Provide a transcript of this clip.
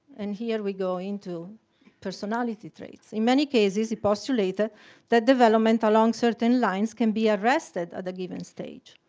and here we go into personality traits. in many cases he postulated that development along certain lines can be arrested at a given stage.